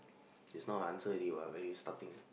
it's not I answer already what when you starting